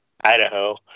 Idaho